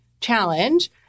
challenge